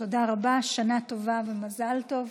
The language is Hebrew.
תודה רבה, שנה טובה ומזל טוב.